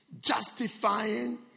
justifying